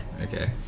Okay